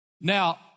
Now